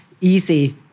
easy